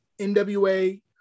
NWA